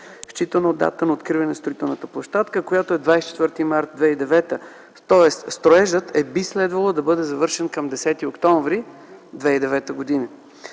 считано от датата на откриване на строителната площадка, която е 24 март 2009 г. Тоест строежът би следвало да бъде завършен към 10 октомври 2009 г.